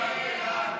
ההסתייגות